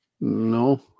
No